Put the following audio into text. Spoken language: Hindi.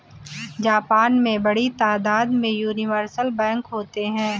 जापान में बड़ी तादाद में यूनिवर्सल बैंक होते हैं